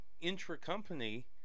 intra-company